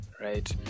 right